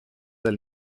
del